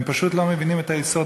הם פשוט לא מבינים את היסוד,